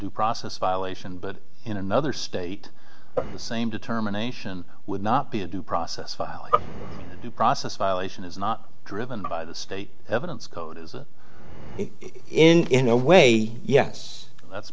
due process violation but in another state the same determination would not be a due process fight the process violation is not driven by the state evidence code as it is in a way yes that's